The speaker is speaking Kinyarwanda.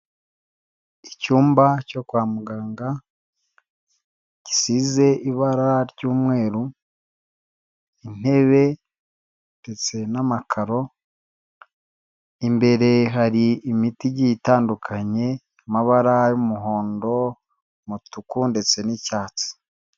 Icyumba cyo kwa muganga gisize ibara ry'umweru, intebe ndetse n'amakaro imbere hari imiti igiye itandukanye amabara y'umuhondo, umutuku ndetse n'icyatsi.